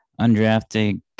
Undrafted